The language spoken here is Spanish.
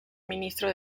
ministro